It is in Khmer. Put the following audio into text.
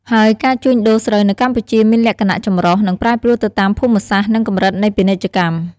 ហើយការជួញដូរស្រូវនៅកម្ពុជាមានលក្ខណៈចម្រុះ និងប្រែប្រួលទៅតាមភូមិសាស្ត្រ និងកម្រិតនៃពាណិជ្ជកម្ម។